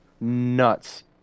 nuts